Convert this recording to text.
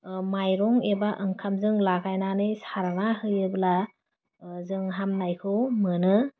माइरं एबा ओंखामजों लागायनानै सारना होयोब्ला जों हानायखौ मोनो